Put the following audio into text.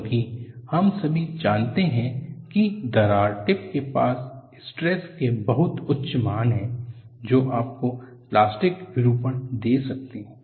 क्योंकि हम सभी जानते हैं कि दरार टिप के पास स्ट्रेस के बहुत उच्च मान हैं जो आपको प्लास्टिक विरूपण दे सकते हैं